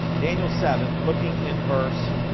daniel seven looking in verse